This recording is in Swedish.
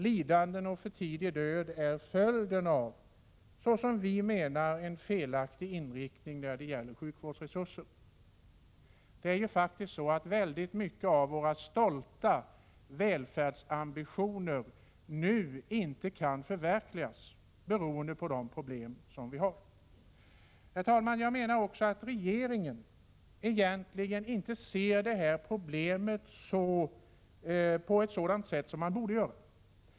Lidande och för tidig död är en följd av en som vi menar felaktig inriktning beträffande sjukvårdsresurserna. Väldigt mycket av våra stolta välfärdsambitioner kan nu inte förverkligas beroende på de problem som vi har. Herr talman! Vi menar också att regeringen egentligen inte ser dessa problem på det sätt som man borde göra.